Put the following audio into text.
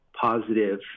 positive